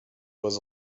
was